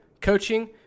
coaching